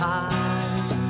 eyes